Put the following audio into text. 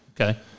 Okay